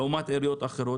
לעומת עיריות אחרות.